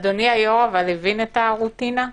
אדוני היושב-ראש הבין את הרוטינה?